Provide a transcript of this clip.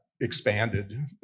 expanded